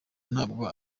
ntabwo